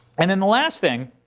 and then the last thing